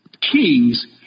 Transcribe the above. kings